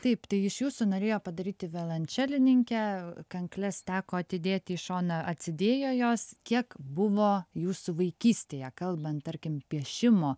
taip tai iš jūsų norėjo padaryti violončelininkę kankles teko atidėti į šoną atsidėjo jos kiek buvo jūsų vaikystėje kalbant tarkim piešimo